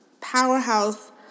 Powerhouse